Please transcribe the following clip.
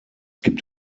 gibt